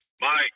Mike